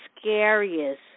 scariest